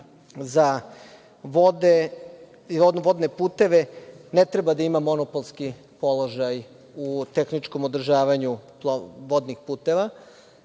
da Direkcija za vodne puteve ne treba da ima monopolski položaj u tehničkom održavanju vodnih puteva.